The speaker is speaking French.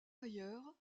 ailleurs